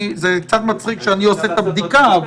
זה קצת מצחיק שאני עושה את הבדיקה.